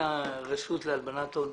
הרשות להלבנת הון,